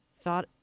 thought